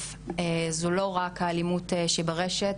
שהפך להיות לא פחות מכלי נשק בידיים של